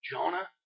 Jonah